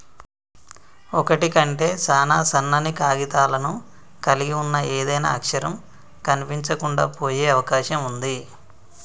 ఒకటి కంటే సాన సన్నని కాగితాలను కలిగి ఉన్న ఏదైనా అక్షరం కనిపించకుండా పోయే అవకాశం ఉంది